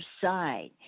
side